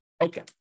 Okay